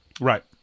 Right